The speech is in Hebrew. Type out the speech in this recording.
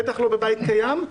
בטח לא בבית קיים.